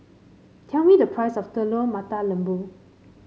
tell me the price of Telur Mata Lembu